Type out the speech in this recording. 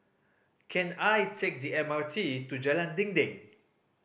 can I take the M R T to Jalan Dinding